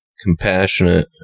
compassionate